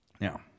Now